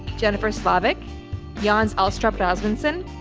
jennifer, slavic jans alstrop dasmenson,